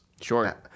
Sure